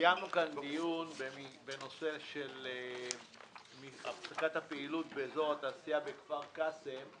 קיימנו כאן דיון בנושא של הפסקת הפעילות באזור התעשייה בכפר קאסם,